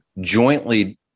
jointly